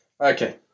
okay